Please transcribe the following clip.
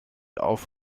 auf